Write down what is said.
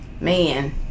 Man